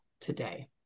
today